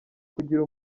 kugira